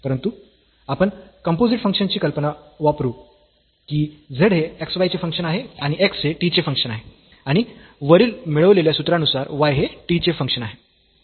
परंतु आपण composite functions ची कल्पना वापरू की z हे x y चे फंक्शन आहे आणि x हे t चे फंक्शन आहे आणि वरील मिळवलेल्या सूत्रानुसार y हे t चे फंक्शन आहे